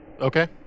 Okay